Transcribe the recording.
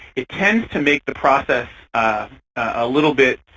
it tends to make the process a little bit